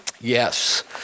yes